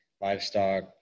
livestock